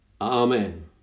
Amen